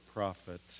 Prophet